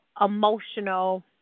emotional